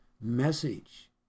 message